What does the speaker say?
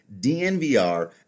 DNVR